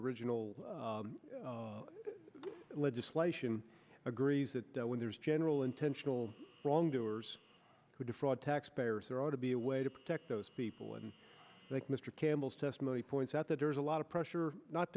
original legislation agrees that when there is general intentional wrongdoers who defraud taxpayers there ought to be a way to protect those people and like mr campbell's testimony points out that there's a lot of pressure not